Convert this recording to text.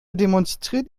demonstriert